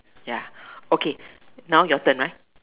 ya okay now your turn